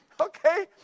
Okay